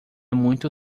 muito